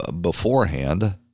beforehand